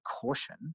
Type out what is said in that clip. caution